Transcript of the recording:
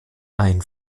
ein